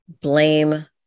blame